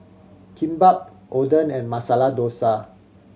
Kimbap Oden and Masala Dosa